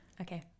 Okay